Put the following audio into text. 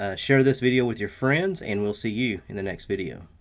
ah share this video with your friends, and we'll see you in the next video.